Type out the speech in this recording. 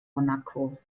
monaco